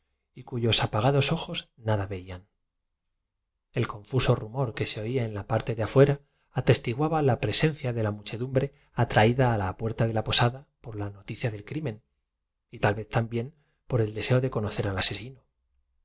y cuyos apagados ojos nada veían el confuso rumor que se oía en la parte de afuera atestiguaba la presencia de la muchedum bre atraída a la puerta de la posada por la noticia del crimen y tal vez también por el deseo de conocer al asesino